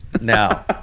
Now